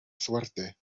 suerte